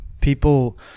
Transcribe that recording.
People